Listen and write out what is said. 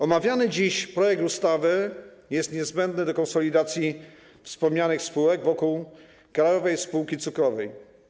Omawiany dziś projekt ustawy jest niezbędny do konsolidacji wspomnianych spółek wokół Krajowej Spółki Cukrowej.